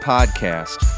Podcast